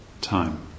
time